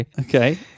Okay